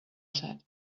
said